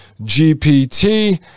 GPT